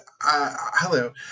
hello